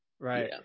right